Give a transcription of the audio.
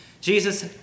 Jesus